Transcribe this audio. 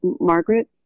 Margaret